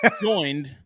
Joined